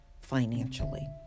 financially